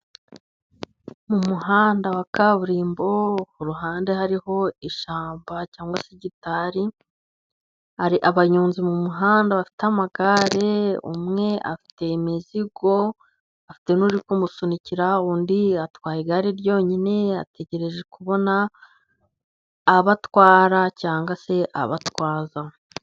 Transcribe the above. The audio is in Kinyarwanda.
Mu muhanda wa kaburimbo kuruhande hariho ishyamba cyangwa se igitari, hari abanyonzi mu muhanda bafite amagare, umwe afite imizigo afite uri kumusunikira undi atwaye igare ryonyine yategereje kubona abatwara cyangwa se abatwaza.